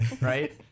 right